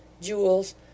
jewels